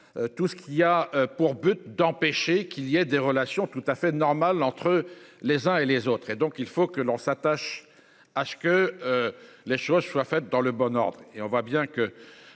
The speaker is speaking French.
Tout ce qui a pour but d'empêcher qu'il y a des relations tout à fait normal entre les uns et les autres et donc il faut que l'on s'attache à ce que. Les choses soient faites dans le bon ordre et on voit bien que